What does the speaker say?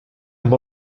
amb